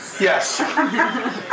Yes